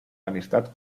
amistad